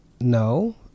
No